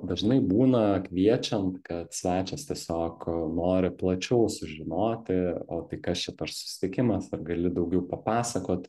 dažnai būna kviečiant kad svečias tiesiog nori plačiau sužinoti o tai kas čia per susitikimas ar gali daugiau papasakot